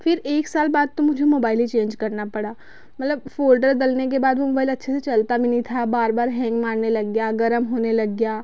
फिर एक साल बाद तो मुझे मोबाईल ही चेंज करना पड़ा मतलब फोल्डर डलने के बाद मोबाईल अच्छे से चलता भी नहीं था बार बार हेंग मारने लग गया गर्म होने लग गया